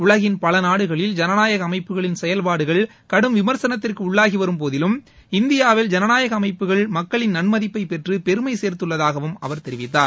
உலகின் பல நாடுகளில் ஜனநாயக அமைப்புகளின் செயல்பாடுகள் கடும் விமர்சனத்திற்கு உள்ளாகி வரும் போதிலும் இந்தியாவில் ஜனநாயக அமைப்புகள் மக்களின் நன்மதிப்பை பெற்று பெருமை சேர்த்துள்ளதாகவும் அவர் தெரிவித்தார்